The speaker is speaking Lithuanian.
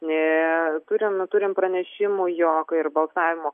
turim pranešimų jog ir balsavimo kabinos